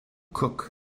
cooke